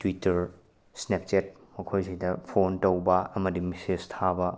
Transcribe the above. Twitter Snapchat ꯃꯈꯣꯏꯁꯤꯗ phone ꯇꯧꯕ ꯑꯃꯗꯤ ꯃꯦꯁꯦꯁ ꯊꯥꯕ